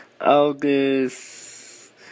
August